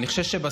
די, נו,